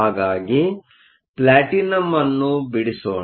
ಹಾಗಾಗಿ ಪ್ಲಾಟಿನಂ ಅನ್ನು ಬಿಡಿಸೋಣ